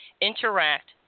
interact